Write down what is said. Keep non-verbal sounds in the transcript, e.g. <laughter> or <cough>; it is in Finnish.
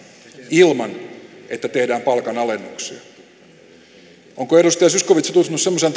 ilman että tehdään palkanalennuksia onko edustaja zyskowicz tutustunut semmoiseen <unintelligible>